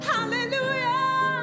Hallelujah